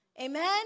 Amen